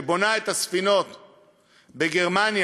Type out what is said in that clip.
שבונה את הספינות בגרמניה,